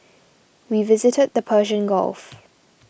we visited the Persian Gulf